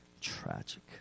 tragic